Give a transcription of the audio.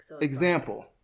Example